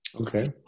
Okay